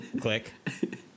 Click